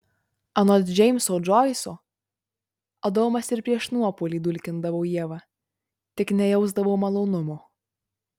anot džeimso džoiso adomas ir prieš nuopuolį dulkindavo ievą tik nejausdavo malonumo